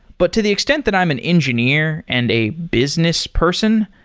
but to the extent that i'm an engineer and a business person,